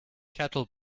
cattle